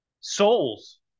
souls